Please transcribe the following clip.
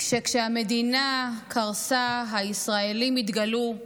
שכשהמדינה קרסה, הישראלים התגלו,